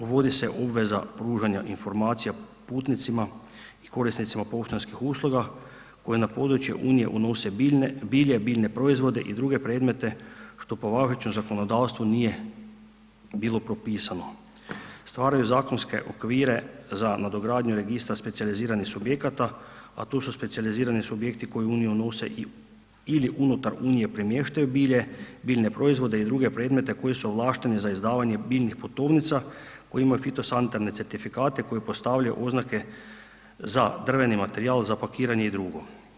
Uvodi se obveza pružanja informacija putnicima i korisnicima poštanskih usluga koja na područje Unije unose bilje, biljne proizvode i druge predmete što po važećem zakonodavstvu nije bilo propisano, stvaraju zakonske okvira za nadogradnje registra specijaliziranih subjekata, a to su specijalizirani subjekti koji u Uniju unose ili unutar Unije premještaju bilje, biljne proizvode i druge predmete koji su ovlašteni za izdavanje biljnih putovnica koji imaju fitosanitarne certifikate koji postavljaju oznake za drveni materijal, za pakiranje i drugo.